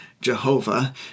Jehovah